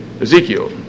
Ezekiel